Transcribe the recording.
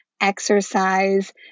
exercise